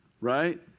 right